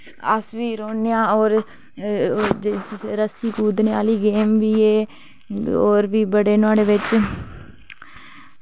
अस बी रौह्ने आं होर रस्सी कुद्दनै आह्ली गेम बी ऐ होर बी बड़े नुहाड़े बिच